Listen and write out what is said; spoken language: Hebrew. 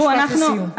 משפט לסיום.